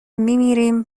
میمیریم